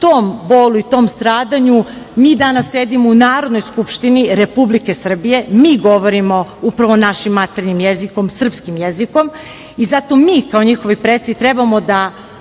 tom bolu i tom stradanju mi danas sedimo u Narodnoj skupštini Republike Srbije, mi govorimo upravo našim maternjim jezikom, srpskim jezikom. Zato mi kao njihovi preci trebamo da